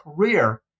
career